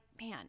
man